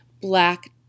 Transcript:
black